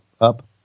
up